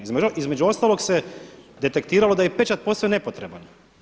Između ostalog se detektiralo da je i pečat posve nepotreban.